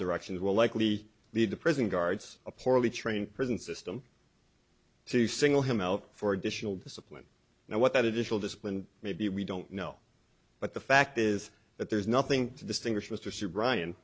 directions will likely lead to prison guards a poorly trained prison system to single him out for additional discipline now what that additional discipline maybe we don't know but the fact is that there's nothing to distinguish mr shu brian